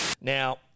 Now